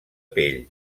pell